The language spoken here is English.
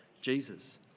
Jesus